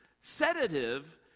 sedative